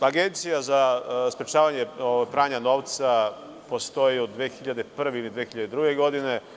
Agencija za sprečavanje pranja novca postoji od 2001. ili 2002. godine.